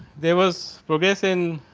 there was progress in